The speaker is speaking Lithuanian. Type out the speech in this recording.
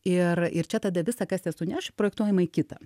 ir ir čia tada visa kas esu ne aš projektuojama į kitą